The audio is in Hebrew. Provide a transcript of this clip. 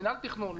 מנהל תכנון,